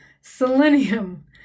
selenium